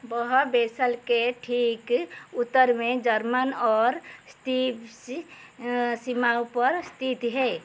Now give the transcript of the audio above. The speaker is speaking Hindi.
वह बेसल के ठीक उत्तर में जर्मन और स्तिवसी सीमाओं पर स्थित है